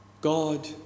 God